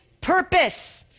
purpose